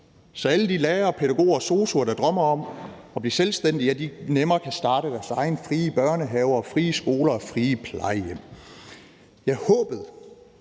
så alle de lærere, pædagoger og sosu'er, der drømmer om at blive selvstændige, nemmere kan starte deres egen frie børnehave og frie skole og frie plejehjem. Ja, håbet